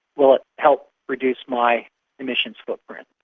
will it help reduce my emissions footprint?